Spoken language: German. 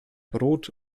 brot